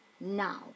Now